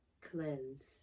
cleanse